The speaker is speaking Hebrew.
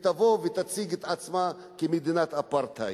תבוא ותציג את עצמה כמדינת אפרטהייד.